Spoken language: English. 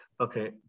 Okay